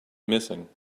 missing